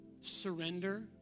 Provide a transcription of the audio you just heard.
surrender